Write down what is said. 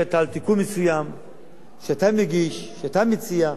שמדברת על תיקון מסוים שאתה מגיש, שאתה מציע,